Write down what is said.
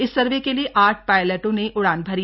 इस सर्वे के लिए आठ पायलटों ने उड़ान भरी